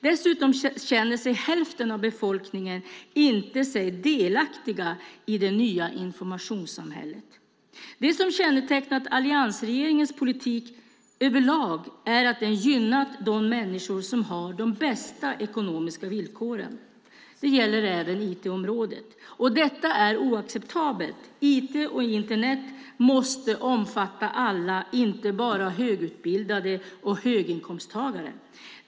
Dessutom känner sig hälften av befolkningen inte delaktig i det nya informationssamhället. Det som har kännetecknat alliansregeringens politik över lag är att den har gynnat de människor som har de bästa ekonomiska villkoren. Det gäller även IT-området. Detta är oacceptabelt. IT och Internet måste omfatta alla - inte bara högutbildade och höginkomsttagare.